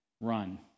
run